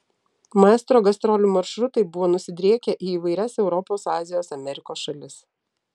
maestro gastrolių maršrutai buvo nusidriekę į įvairias europos azijos amerikos šalis